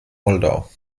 moldau